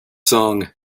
song